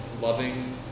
loving